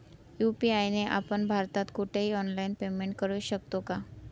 UPI ने आपण भारतात कुठेही ऑनलाईन पेमेंट करु शकतो का?